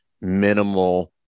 minimal